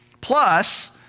Plus